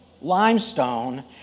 limestone